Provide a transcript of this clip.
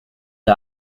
the